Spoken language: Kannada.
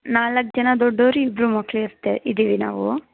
ನಾಲ್ಕು ಜನ ದೊಡ್ಡವರು ಇಬ್ಬರು ಮಕ್ಕಳು ಇರ್ತೆ ಇದ್ದೀವಿ ನಾವು